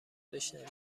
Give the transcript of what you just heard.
بشنویم